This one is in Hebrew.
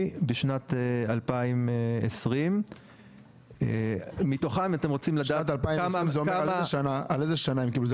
בשנת 2020. על איזו שנה הם קיבלו את זה?